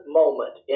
moment